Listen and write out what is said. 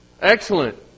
Excellent